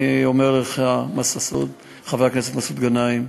אני אומר לך, חבר הכנסת מסעוד גנאים,